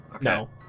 No